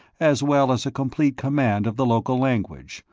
as well as a complete command of the local language,